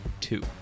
two